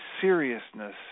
seriousness